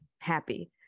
happy